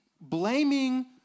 blaming